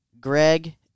Greg